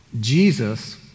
Jesus